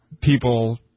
people